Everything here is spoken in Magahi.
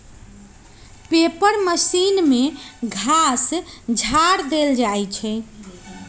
पेपर मशीन में घास झाड़ ध देल जाइ छइ